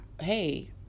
hey